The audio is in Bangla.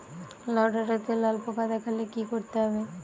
লাউ ডাটাতে লাল পোকা দেখালে কি করতে হবে?